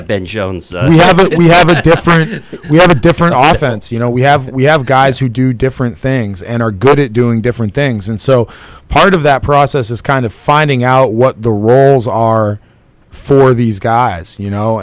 have ben jones you have a different you have a different i sense you know we have we have guys who do different things and are good at doing different things and so part of that process is kind of finding out what the roles are for these guys you know